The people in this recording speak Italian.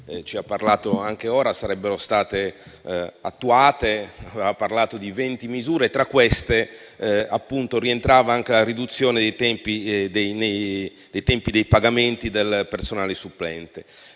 ci ha parlato anche ora, sarebbero state attuate. Ha parlato di 20 misure, tra cui rientrava anche la riduzione dei tempi dei pagamenti del personale supplente.